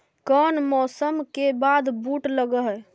कोन मौसम के बाद बुट लग है?